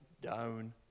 Down